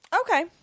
Okay